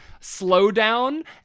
slowdown